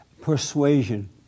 Persuasion